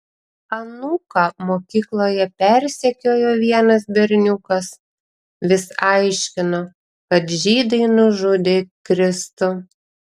anūką mokykloje persekiojo vienas berniukas vis aiškino kad žydai nužudė kristų